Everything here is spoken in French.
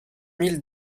mille